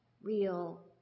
real